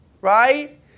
Right